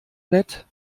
nett